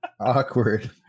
Awkward